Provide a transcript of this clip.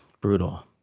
Brutal